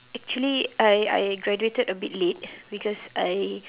actually I I graduated a bit late because I